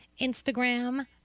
Instagram